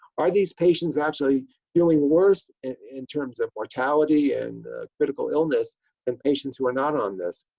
are these patients actually doing worse and in terms of mortality and critical illness and patients who are not on this?